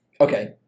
okay